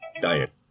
diet